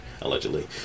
allegedly